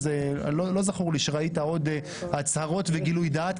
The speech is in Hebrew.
לא זכור לי שראית עוד הצהרות וגילוי דעת,